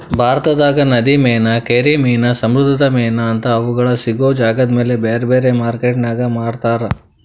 ಭಾರತದಾಗ ನದಿ ಮೇನಾ, ಕೆರಿ ಮೇನಾ, ಸಮುದ್ರದ ಮೇನಾ ಅಂತಾ ಅವುಗಳ ಸಿಗೋ ಜಾಗದಮೇಲೆ ಬ್ಯಾರ್ಬ್ಯಾರೇ ಮಾರ್ಕೆಟಿನ್ಯಾಗ ಮಾರ್ತಾರ